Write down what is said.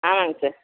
ஆமாங்க சார்